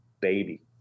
baby